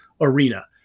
arena